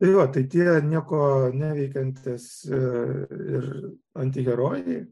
tai va tie nieko neveikiantys ir antiherojai